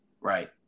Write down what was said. Right